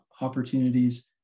opportunities